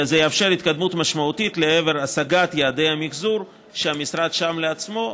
זה יאפשר התקדמות משמעותית לעבר השגת יעדי המחזור שהמשרד שם לעצמו,